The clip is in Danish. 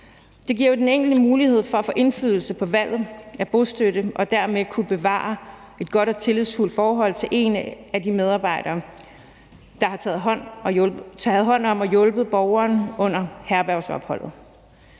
Det giver den enkelte mulighed for at få indflydelse på valget af bostøtte og dermed kunne bevare et godt og tillidsfuldt forhold til en af de medarbejdere, der har taget hånd om at hjælpe borgeren under herbergsopholdet,